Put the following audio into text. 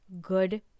good